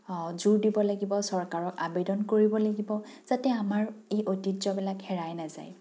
জোৰ দিব লাগিব চৰকাৰক আবেদন কৰিব লাগিব যাতে আমাৰ এই ঐতিহ্যবিলাক হেৰাই নাযায়